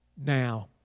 now